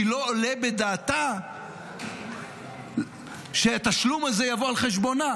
כי לא עולה בדעתה שהתשלום הזה יבוא על חשבונה.